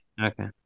Okay